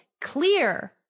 clear